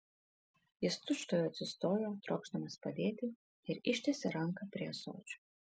jis tučtuojau atsistojo trokšdamas padėti ir ištiesė ranką prie ąsočio